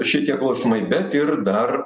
šitie klausimai bet ir dar